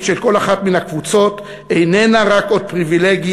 של כל אחת מן הקבוצות איננה רק עוד פריבילגיה,